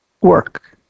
work